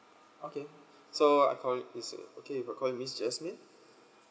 okay so I call is a okay I call miss jasmine